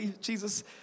Jesus